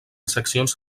seccions